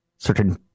Certain